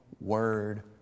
Word